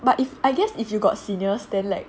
but if I guess if you got seniors then like